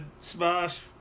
Smash